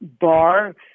bar